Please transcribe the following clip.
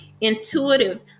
intuitive